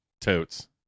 totes